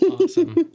Awesome